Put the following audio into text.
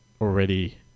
already